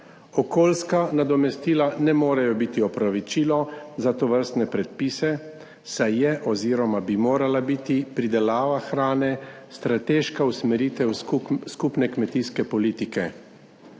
Okoljska nadomestila ne morejo biti opravičilo za tovrstne predpise, saj je oziroma bi morala biti pridelava hrane strateška usmeritev skupne kmetijske politike.